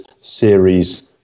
series